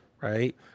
right